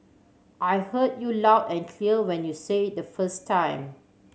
I heard you loud and clear when you say it the first time